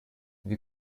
wie